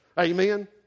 Amen